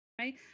right